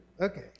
Okay